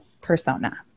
persona